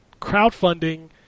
crowdfunding